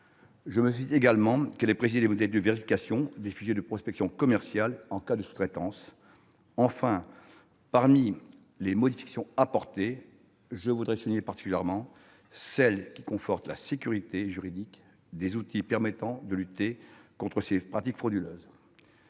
Je me félicite également qu'elle ait précisé les modalités de vérification des fichiers de prospection commerciale en cas de sous-traitance. Enfin, parmi les modifications apportées, je veux souligner particulièrement celle qui conforte la sécurité juridique des outils permettant de lutter contre les pratiques frauduleuses,